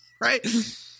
right